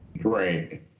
Great